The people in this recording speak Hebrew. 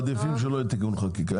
כן, מעדיפים שלא יהיה תיקון חקיקה.